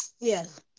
Yes